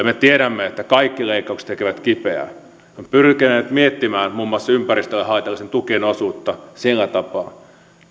me tiedämme että kaikki leikkaukset tekevät kipeää olemme pyrkineet miettimään muun muassa ympäristölle haitallisten tukien osuutta sillä tapaa